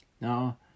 Now